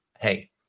hey